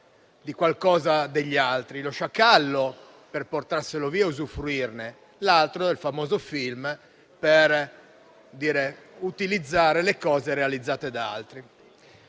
di qualcosa degli altri: nel caso dello sciacallo, per portarselo via e usufruirne; nell'altro, quello del famoso film, per utilizzare le cose realizzate da altri.